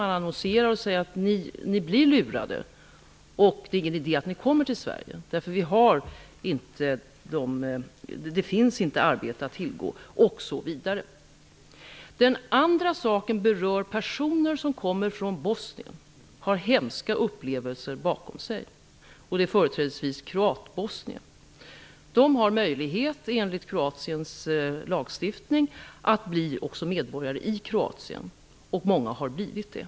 Genom annonser talar man om för kroaterna att de blir lurade och att det inte är någon idé att de kommer till Sverige eftersom det inte finns arbeten att tillgå osv. Den andra frågan berör personer från Bosnien som har hemska upplevelser bakom sig. Det handlar företrädesvis om kroatbosnier. Enligt Kroatiens lagstiftning har dessa personer möjlighet att också bli medborgare i Kroatien. Många har blivit det.